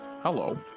Hello